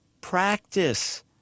practice